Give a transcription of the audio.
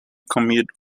commute